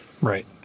Right